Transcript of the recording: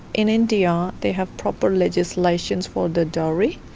in india they have proper legislations for the dowry.